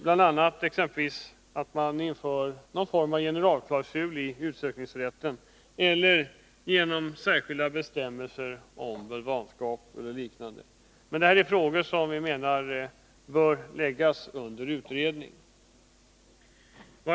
Man kan exempelvis införa någon form av generalklausul i utsökningsrätten, särskilda bestämmelser om bulvanskap eller liknande. Men detta är frågor som vi menar bör läggas under utredning.